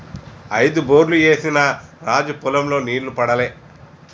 ఐదు బోర్లు ఏసిన రాజు పొలం లో నీళ్లు పడలే